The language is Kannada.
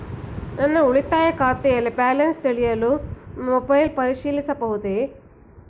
ನನ್ನ ಉಳಿತಾಯ ಖಾತೆಯಲ್ಲಿ ಬ್ಯಾಲೆನ್ಸ ತಿಳಿಯಲು ಮೊಬೈಲ್ ಪರಿಶೀಲಿಸಬಹುದೇ?